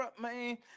man